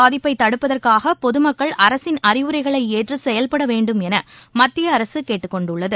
பாதிப்பைதடுப்பதற்காகபொதுமக்கள் coronavirus அரசின் அறிவுரைகளைஏற்றுசெயல்படவேண்டும் எனமத்திய அரசுகேட்டுக்கொண்டுள்ளது